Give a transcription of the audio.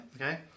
okay